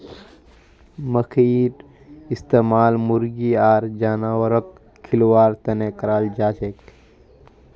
मखईर इस्तमाल मुर्गी आर जानवरक खिलव्वार तने कराल जाछेक